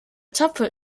tapfer